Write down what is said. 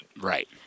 Right